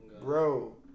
Bro